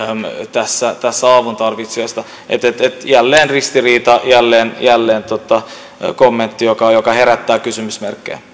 tässä avuntarvitsijoista jälleen ristiriita jälleen jälleen kommentti joka joka herättää kysymysmerkkejä